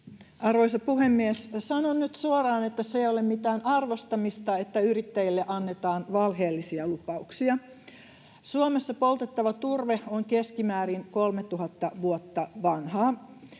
Arvoisa puhemies! Sanon nyt suoraan, että se ei ole mitään arvostamista, että yrittäjille annetaan valheellisia lupauksia. Suomessa poltettava turve on keskimäärin 3 000 vuotta vanhaa.